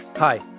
Hi